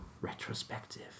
retrospective